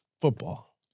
football